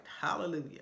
hallelujah